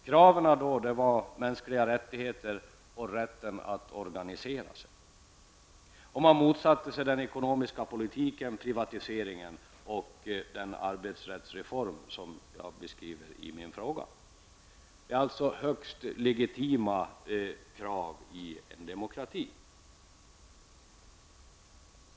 Kraven var mänskliga rättigheter och rätt att organisera sig, och man motsatte sig den ekonomiska politiken, privatiseringen och den arbetsrättsreform som jag beskriver i min interpellation. Det är alltså fråga om krav som är högst legitima i en demokrati.